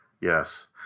Yes